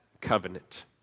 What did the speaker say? covenant